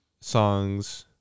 songs